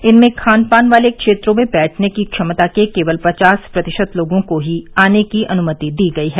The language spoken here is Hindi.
इनमें खान पान वाले क्षेत्र में बैठने की क्षमता के केवल पचास प्रतिशत लोगों को ही आने की अनुमति दी गई है